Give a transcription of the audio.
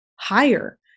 higher